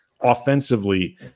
offensively